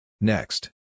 Next